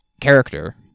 character